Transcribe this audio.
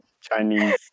Chinese